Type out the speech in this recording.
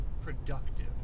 productive